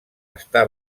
està